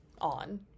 on